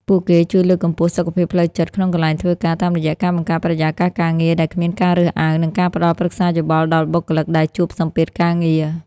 ពួកគេជួយលើកកម្ពស់សុខភាពផ្លូវចិត្តក្នុងកន្លែងធ្វើការ តាមរយៈការបង្កើតបរិយាកាសការងារដែលគ្មានការរើសអើង និងការផ្ដល់ប្រឹក្សាយោបល់ដល់បុគ្គលិកដែលជួបសម្ពាធការងារ។